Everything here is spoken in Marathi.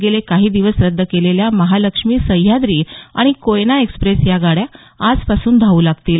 गेले काही दिवस रद्द केलेल्या महालक्ष्मी सह्याद्री आणि कोयना एक्सप्रेस गाड्या आजपासून धावू लागतील